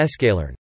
escalern